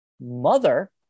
mother